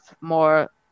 more